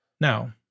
Now